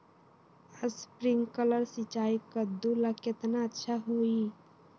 Sprinkler सिंचाई कददु ला केतना अच्छा होई?